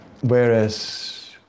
whereas